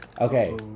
Okay